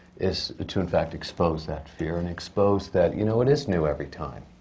is to in fact expose that fear, and expose that, you know, it is new every time.